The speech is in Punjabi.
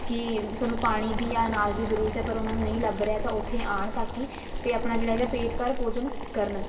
ਕਿ ਸਾਨੂੰ ਪਾਣੀ ਦੀ ਅਨਾਜ ਦੀ ਜ਼ਰੂਰਤ ਏ ਪਰ ਉਹਨਾਂ ਨੂੰ ਨਹੀਂ ਲੱਭ ਰਿਹਾ ਤਾਂ ਉੱਥੇ ਆਉਣ ਤਾਂ ਕਿ ਅਤੇ ਆਪਣਾ ਜਿਹੜਾ ਹੈਗਾ ਪੇਟ ਭਰ ਭੋਜਨ ਕਰਨ